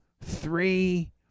three